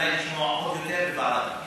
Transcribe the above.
כדאי לשמוע אותו בוועדת הפנים.